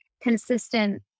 consistent